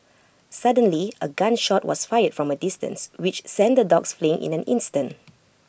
suddenly A gun shot was fired from A distance which sent the dogs fleeing in an instant